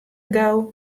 gau